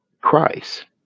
Christ